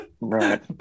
Right